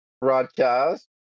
broadcast